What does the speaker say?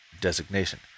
designation